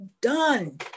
done